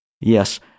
Yes